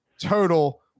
total